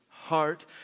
heart